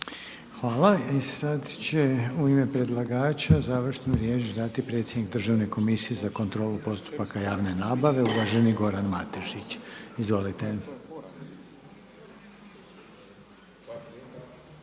Hvala. I sada će u ime predlagača završnu riječ dati predsjednik Državne komisije za kontrolu postupaka javne nabave, uvaženi Goran Matešić. Izvolite.